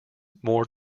more